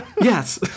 Yes